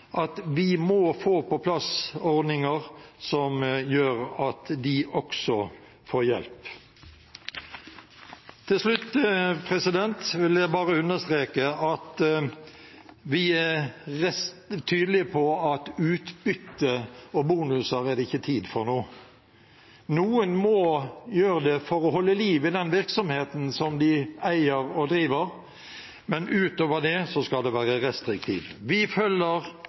at vi må få på plass ordninger som gjør at de også får hjelp. Til slutt vil jeg bare understreke at vi er tydelige på at utbytte og bonuser er det ikke tid for nå. Noen må gjøre det for å holde liv i den virksomheten de eier og driver, men utover det skal det være restriktivt. Vi følger